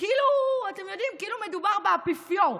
אתם יודעים, כאילו מדובר באפיפיור.